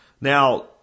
Now